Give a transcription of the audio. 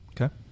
Okay